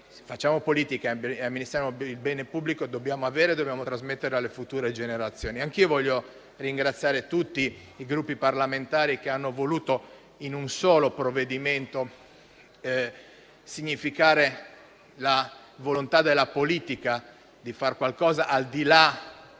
facciamo politica e amministriamo il bene pubblico dobbiamo avere e dobbiamo trasmettere alle future generazioni. Anche io desidero ringraziare tutti i Gruppi parlamentari che hanno voluto, in un solo provvedimento, significare la volontà della politica di fare qualcosa al di là